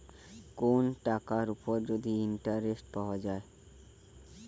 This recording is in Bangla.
কোন টাকার উপর যদি ইন্টারেস্ট পাওয়া যায়